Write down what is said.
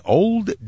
old